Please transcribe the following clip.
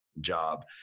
job